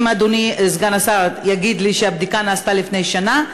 אם אדוני סגן השר יגיד לי שהבדיקה נעשתה לפני שנה,